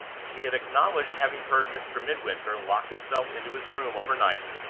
she had acknowledged having heard mr. midwinter lock himself into his room overnight,